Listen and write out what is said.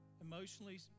emotionally